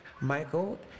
Michael